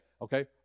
okay